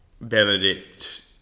Benedict